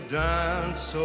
dance